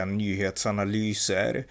nyhetsanalyser